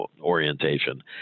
orientation